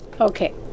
Okay